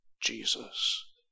Jesus